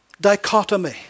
dichotomy